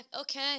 Okay